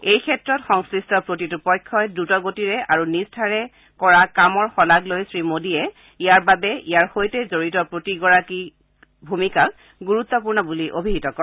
এই ক্ষেত্ৰত সংশ্লিষ্ট প্ৰতিটো পক্ষই দ্ৰত গতিৰে আৰু নিষ্ঠাৰে কৰা কামৰ শলাগ লৈ শ্ৰীমোদীয়ে ইয়াৰ বাবে ইয়াৰ সৈতে জৰিত প্ৰতিজনৰেই ভূমিকাক গুৰুত্পূৰ্ণ বুলি অভিহিত কৰে